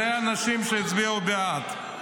אלה האנשים שהצביעו בעד.